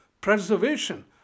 preservation